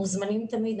מוזמנים תמיד.